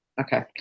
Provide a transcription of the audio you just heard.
Okay